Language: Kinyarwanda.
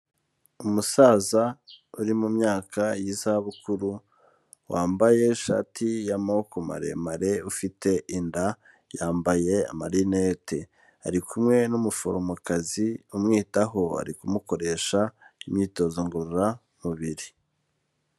Umusaza uri mu myaka y'iza bukuru wambaye ishati y'amaboko maremare ufite inda yambaye amarinete, ari kumwe n'umuforomokazi umwitaho ari kumukoresha imyitozo ngororamubiri.